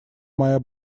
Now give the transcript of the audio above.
моя